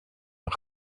een